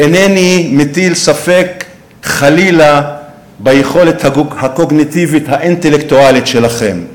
ואינני מטיל ספק חלילה ביכולת הקוגניטיבית והאינטלקטואלית שלכם: